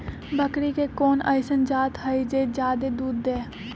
बकरी के कोन अइसन जात हई जे जादे दूध दे?